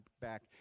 back